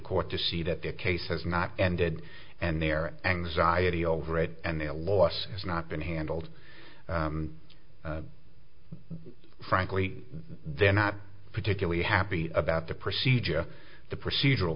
court to see that their case has not ended and their anxiety over it and their losses not been handled frankly they're not particularly happy about the procedure the procedural